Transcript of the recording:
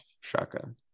shotgun